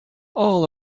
all